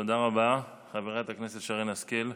תודה רבה, חברת הכנסת שרן השכל.